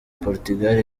portugal